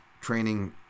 training